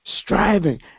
striving